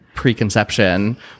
preconception